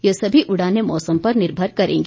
यह सभी उड़ाने मौसम पर निर्भर करेंगी